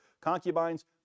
concubines